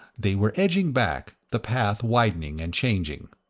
they were edging back, the path widening and changing.